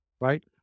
Right